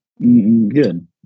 Good